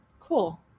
Cool